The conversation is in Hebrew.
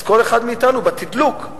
אז כל אחד מאתנו, בתדלוק,